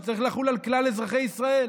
שצריך לחול על כלל אזרחי ישראל.